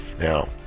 Now